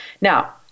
Now